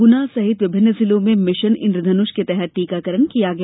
गुना सहित विभिन्न जिलों में मिशन इंद्रधनुष के तहत टीकाकरण किया गया